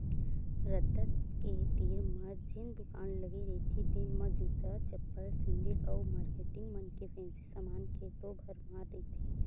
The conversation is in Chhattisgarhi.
रद्दा के तीर म जेन दुकान लगे रहिथे तेन म जूता, चप्पल, सेंडिल अउ मारकेटिंग मन के फेंसी समान के तो भरमार रहिथे